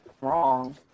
wrong